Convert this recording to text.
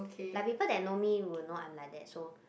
like people that know me will know that I'm like that so